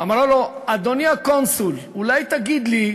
ואמרה לו: אדוני הקונסול, אולי תגיד לי